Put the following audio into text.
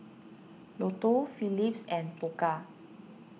Lotto Phillips and Pokka